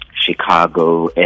Chicago